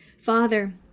Father